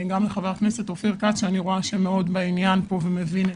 תודה גם לחבר הכנסת אופיר כץ שאני רואה שהוא מאוד בעניין ומבין אותו.